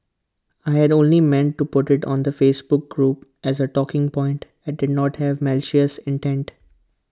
I'd only meant to put IT on the Facebook group as A talking point and did not have malicious intent